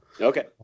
Okay